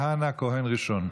תשתקעו, ותקבלו את הדרכון.